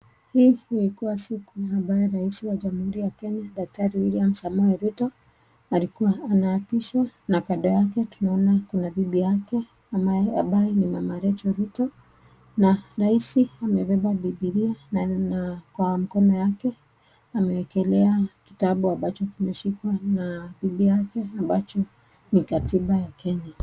Hii ilikuwa siku ambayo rais wa jamhuri ya Kenya Daktari William Samoei Ruto alikuwa anaapishwa na kando yake tunaona kuna bibi yake ambaye ni Mama Rachel Ruto. Na rais amebeba bibilia kwa mkono wake amewekelea kitabu ambacho kimeshikwa na bibi yake ambacho ni katiba ya Kenya.